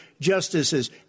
justices